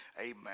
amen